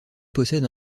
possède